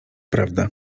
prawda